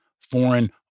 foreign